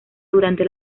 durante